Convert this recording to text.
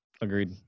agreed